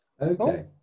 okay